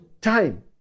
time